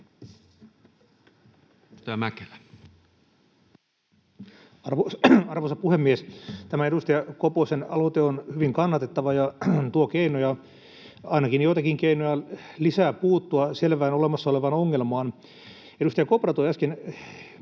Arvoisa puhemies! Tämä edustaja Koposen aloite on hyvin kannatettava ja tuo lisää keinoja, ainakin joitakin keinoja, puuttua selvään, olemassa olevaan ongelmaan. Edustaja Kopra toi äsken